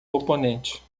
oponente